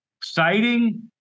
Citing